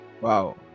wow